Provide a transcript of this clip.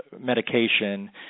medication